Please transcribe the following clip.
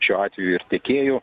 šiuo atveju ir tiekėjų